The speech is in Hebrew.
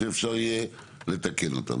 שאפשר יהיה לתקן אותם.